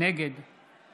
נגד